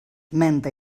menta